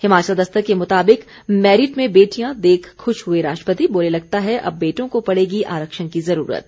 हिमाचल दस्तक के मुताबिक मेरिट में बेटियां देख खुश हुए राष्ट्रपति बोले लगता है अब बेटों को पड़ेगी आरक्षण की जरूरत